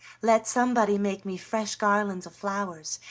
let somebody make me fresh garlands of flowers,